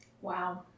Wow